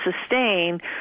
sustain